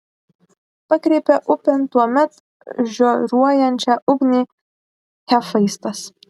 pakreipė upėn tuomet žioruojančią ugnį hefaistas